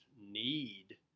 need